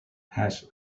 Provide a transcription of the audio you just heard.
has